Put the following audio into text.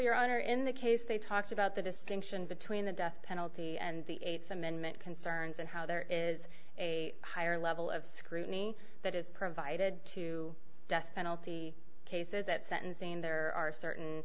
honor in the case they talked about the distinction between the death penalty and the th amendment concerns and how there is a higher level of scrutiny that is provided to death penalty cases that sentencing there are certain